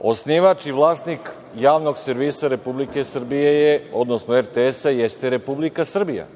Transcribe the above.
osnivač i vlasnik Javnog servisa Republike Srbije, odnosno RTS-a jeste Republika Srbija.